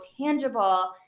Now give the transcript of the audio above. tangible